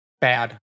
bad